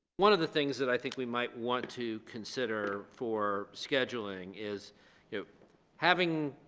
one of the things that i think we might want to consider for scheduling is if having